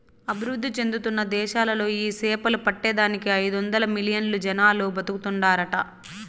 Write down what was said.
అభివృద్ధి చెందుతున్న దేశాలలో ఈ సేపలు పట్టే దానికి ఐదొందలు మిలియన్లు జనాలు బతుకుతాండారట